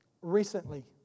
recently